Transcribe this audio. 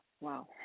Wow